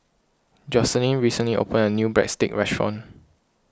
Joycelyn recently opened a new Breadsticks restaurant